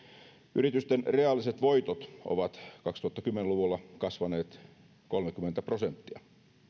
yritysten reaaliset voitot ovat kaksituhattakymmenen luvulla kasvaneet kolmekymmentä prosenttia